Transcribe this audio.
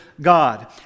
God